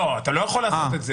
ואם אדם יבוא,